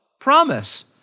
promise